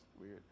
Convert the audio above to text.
weird